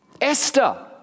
Esther